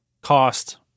cost